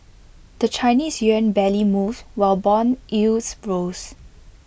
the Chinese Yuan barely moved while Bond yields rose